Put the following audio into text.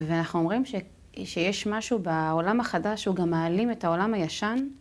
ואנחנו אומרים שיש משהו בעולם החדש, שהוא גם מעלים את העולם הישן.